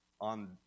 on